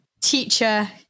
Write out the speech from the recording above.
teacher